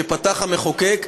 שפתח המחוקק.